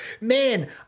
Man